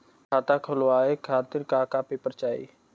खाता खोलवाव खातिर का का पेपर चाही?